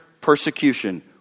persecution